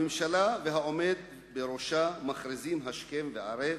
הממשלה והעומד בראשה מכריזים השכם והערב,